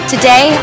Today